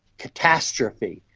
catastrophe,